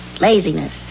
Laziness